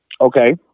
Okay